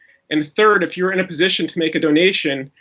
and third, if you're in a position to make a donation,